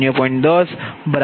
u છે